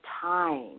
time